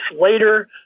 later